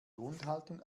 grundhaltung